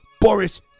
boris